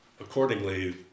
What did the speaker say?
accordingly